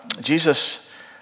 Jesus